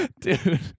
dude